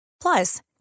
Plus